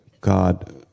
God